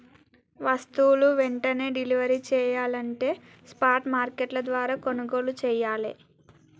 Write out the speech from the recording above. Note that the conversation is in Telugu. వస్తువులు వెంటనే డెలివరీ చెయ్యాలంటే స్పాట్ మార్కెట్ల ద్వారా కొనుగోలు చెయ్యాలే